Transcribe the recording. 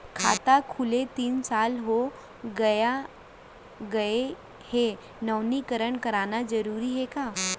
खाता खुले तीन साल हो गया गये हे नवीनीकरण कराना जरूरी हे का?